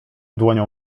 dłonią